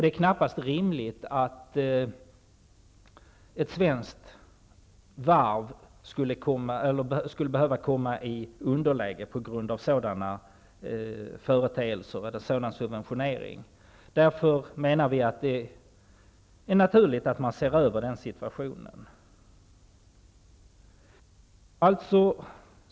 Det är knappast rimligt att ett svenskt varv skulle behöva komma i ett underläge på grund av sådana subventioner. Det är därför naturligt att se över situationen.